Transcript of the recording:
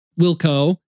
Wilco